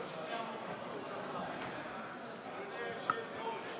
כבוד היושב-ראש,